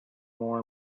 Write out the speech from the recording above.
more